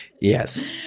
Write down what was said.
Yes